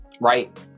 Right